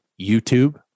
YouTube